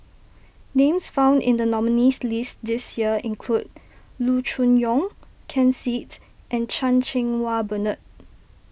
names found in the nominees' list this year include Loo Choon Yong Ken Seet and Chan Cheng Wah Bernard